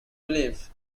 relief